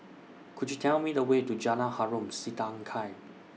Could YOU Tell Me The Way to Jalan Harom Setangkai